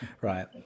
right